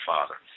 Father